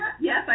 Yes